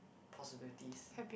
possibilities